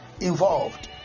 Involved